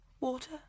Water